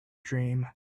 dream